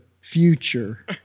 future